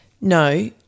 no